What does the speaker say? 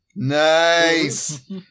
Nice